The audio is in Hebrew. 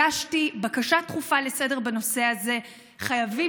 הגשתי הצעה דחופה לסדר-היום בנושא הזה.